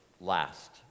last